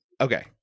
Okay